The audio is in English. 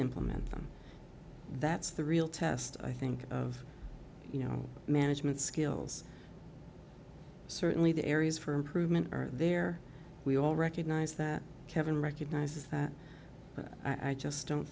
implement them that's the real test i think of you know management skills certainly the areas for improvement there we all recognize that kevin recognizes that but i just don't